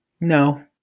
no